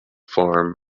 farm